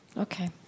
Okay